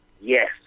Yes